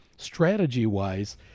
Strategy-wise